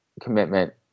commitment